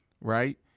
right